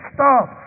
Stop